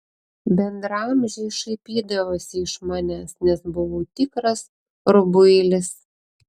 bendraamžiai šaipydavosi iš manęs nes buvau tikras rubuilis